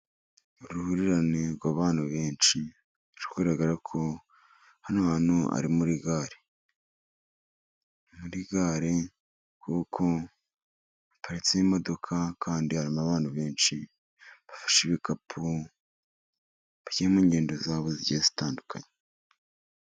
Uruhurirane rw'abantu benshi biragaragara ko hano hantu ari muri gare, kuko haparitse n'imodoka kandi harimo abantu benshi bafashe ibikapu bigiye mungendo zabo zigiye zitandukanye.